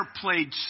played